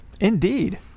indeed